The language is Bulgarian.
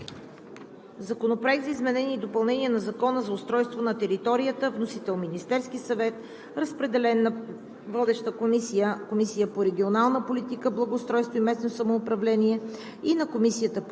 Законопроект за изменение и допълнение на Закона за устройство на територията. Вносител – Министерският съвет. Разпределен е на водещата Комисия по регионална политика, благоустройство и местно самоуправление, на Комисията по